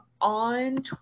on